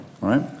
Right